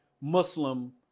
Muslim